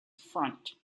front